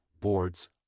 boards